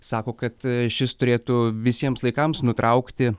sako kad šis turėtų visiems laikams nutraukti